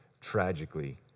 tragically